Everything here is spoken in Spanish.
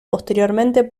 posteriormente